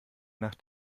nach